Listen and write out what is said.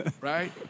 right